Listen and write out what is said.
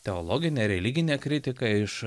teologinė religinė kritika iš